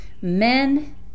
men